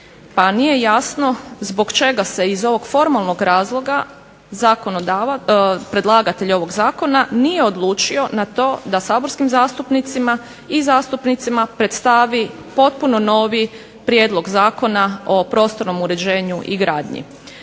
Pa nije jasno zbog čega se iz ovog formalnog razloga predlagatelj ovoga zakona nije odlučio na to da saborskim zastupnicima i zastupnicima predstavi potpuno novi prijedlog zakona o prostornom uređenju i gradnji.